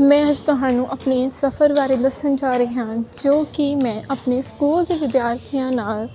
ਮੈਂ ਤੁਹਾਨੂੰ ਆਪਣੇ ਸਫਰ ਬਾਰੇ ਦੱਸਣ ਜਾ ਰਹੀ ਹਾਂ ਜੋ ਕਿ ਮੈਂ ਆਪਣੇ ਸਕੂਲ ਦੇ ਵਿਦਿਆਰਥੀਆਂ ਨਾਲ